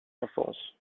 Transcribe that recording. enfance